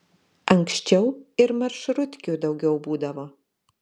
anksčiau ir maršrutkių daugiau būdavo